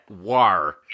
war